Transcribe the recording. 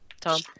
tom